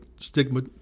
stigma